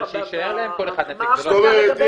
אבל שיישאר להם כל אחד נציג, זה לא סותר.